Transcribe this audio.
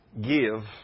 give